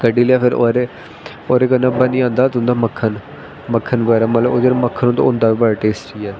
कड्डी लेआ फिर ओह्दे ओह्दे कन्नै बनी जंदा तुं'दा मक्खन मक्खन बगैरा मतलब ओह् जेह्ड़ा मक्खन होंदा बी बड़ा टेस्टी ऐ